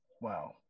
Wow